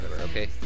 okay